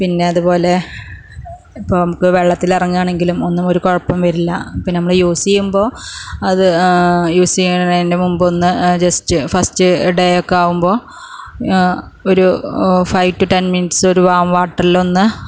പിന്നെ അതുപോലെ ഇപ്പം നമുക്ക് വെള്ളത്തിൽ ഇറങ്ങണമെങ്കിലും ഒന്നും ഒരു കുഴപ്പവും വരില്ല പിന്നെ നമ്മള് യൂസ് ചെയ്യുമ്പോൾ അത് യൂസ് ചെയ്യുന്നതിന്റെ മുമ്പ് ഒന്ന് ജസ്റ്റ് ഫസ്റ്റ് ഡേ ഒക്കെ ആകുമ്പോൾ ഒരു ഫൈവ് ടു ടെൻ മിനിറ്റ്സ് ഒരു വാം വാട്ടർ യിൽ ഒന്ന്